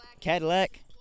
Cadillac